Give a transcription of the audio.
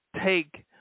take